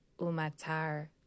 Umatar